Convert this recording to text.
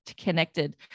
connected